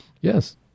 Yes